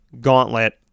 gauntlet